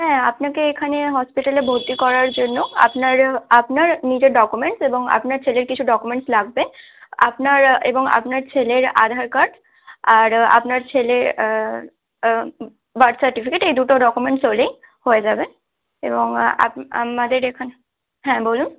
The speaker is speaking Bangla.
হ্যাঁ আপনাকে এখানে হসপিটালে ভর্তি করার জন্য আপনার আপনার নিজের ডকুমেন্টস এবং আপনার ছেলের কিছু ডকুমেন্টস লাগবে আপনার এবং আপনার ছেলের আধার কার্ড আর আপনার ছেলে বার্থ সার্টিফিকেট এই দুটো ডকুমেন্টস হলেই হয়ে যাবে এবং আমাদের এখানে হ্যাঁ বলুন